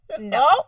No